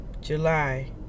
July